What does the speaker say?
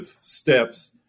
steps